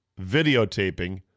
videotaping